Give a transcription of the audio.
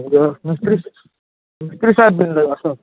ᱢᱤᱥᱛᱨᱤ ᱢᱤᱥᱛᱨᱤ ᱥᱟᱦᱮᱵᱽᱵᱮᱱ ᱞᱟᱹᱭᱮᱫᱟ ᱥᱮ